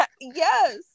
yes